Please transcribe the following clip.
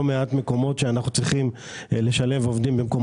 מעט מקומות שאנחנו צריכים לשלב עובדים בהם,